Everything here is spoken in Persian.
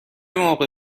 موقع